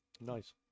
Nice